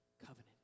covenant